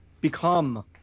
become